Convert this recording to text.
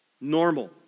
Normal